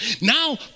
Now